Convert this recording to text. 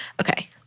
Okay